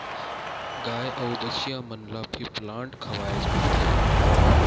गाय अउ बछिया मन ल फीप्लांट खवाए जाथे